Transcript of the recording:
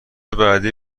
بعدی